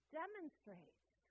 demonstrates